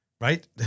Right